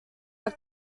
are